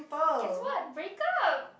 guess what break up